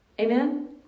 Amen